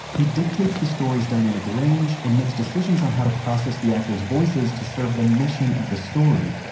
he dictates the story's dynamic range and makes decisions on how to process the actor's voices to serve the mission of the story.